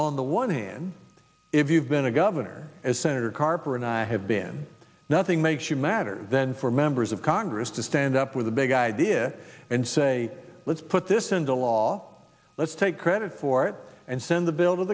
on the one hand if you've been a governor as senator carper and i have been nothing makes you matter then for members of congress to stand up with a big idea and say let's put this into law let's take credit for it and send the bil